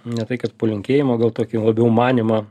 ne tai kad palinkėjimą o gal tokį labiau manymą